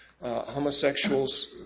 homosexuals